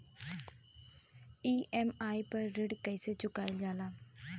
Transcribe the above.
EMI पर ऋण कईसे चुकाईल जाला?